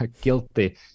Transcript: guilty